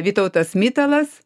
vytautas mitalas